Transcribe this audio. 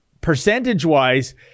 percentage-wise